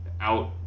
out